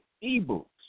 e-books